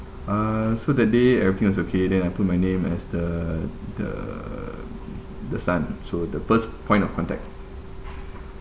uh so that day everything was okay then I put my name as the the the son so the first point of contact